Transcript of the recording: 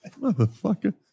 Motherfucker